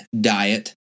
diet